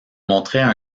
montraient